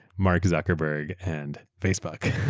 mark zuckerberg and facebook.